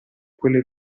quelle